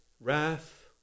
wrath